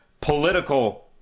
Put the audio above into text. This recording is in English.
political